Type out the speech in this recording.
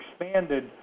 expanded